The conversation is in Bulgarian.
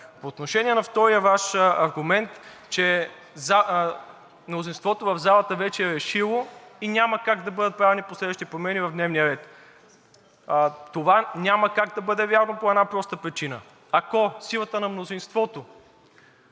По отношение на втория Ваш аргумент – че мнозинството в залата вече е решило и няма как да бъдат правени последващи промени в дневния ред, това няма как да бъде вярно по една проста причина. Ако силата на мнозинството